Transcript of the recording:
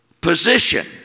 position